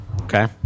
Okay